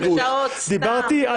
דיברתי על